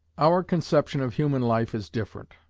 our conception of human life is different.